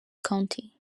county